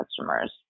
customers